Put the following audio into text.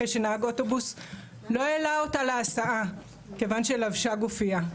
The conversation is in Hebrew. אחרי שנהג אוטובוס לא העלה אותה להסעה כיוון שלבשה גופיה.